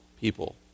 people